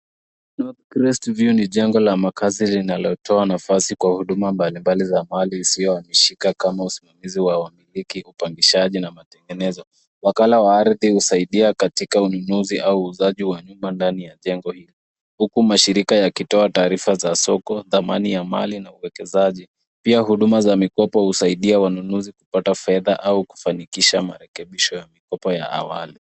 Northcrest View ni jengo la makazi linalotoa nafasi kwa huduma mbalimbali za mali usiohamishika kama usimamizi wa wamiliki, upangishaji na matemgenezo. Wakala wa ardhi husaidia katika ununuzi au uuzaji wa nyumba ndani ya jengo hili huku mashirika yakitoa taarif za soko, thamani ya mali na uwekezaji. Pia huduma za mikopo husaidia wanunuzi kupata fedha au kufanikisha marekebisho ya mikopo ya awali.